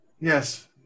Yes